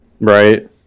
Right